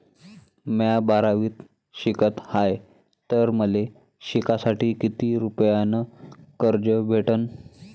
म्या बारावीत शिकत हाय तर मले शिकासाठी किती रुपयान कर्ज भेटन?